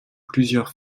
plusieurs